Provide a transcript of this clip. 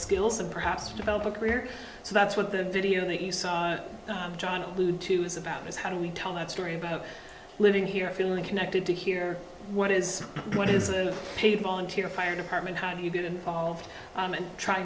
skills and perhaps develop a career so that's what the video that you saw john allude to is about is how do we tell that story about living here feeling connected to hear what is what is a paid volunteer fire department have you been involved in try